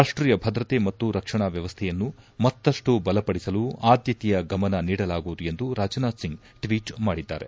ರಾಷ್ಟೀಯ ಭದ್ರತೆ ಮತ್ತು ರಕ್ಷಣಾ ವ್ಕವಸ್ಥೆಯನ್ನು ಮತ್ತಷ್ಟು ಬಲಪಡಿಸಲು ಆದ್ಕತೆಯ ಗಮನ ನೀಡಲಾಗುವುದು ಎಂದು ರಾಜನಾಥ್ ಸಿಂಗ್ ಟ್ವೀಟ್ ಮಾಡಿದ್ದಾರೆ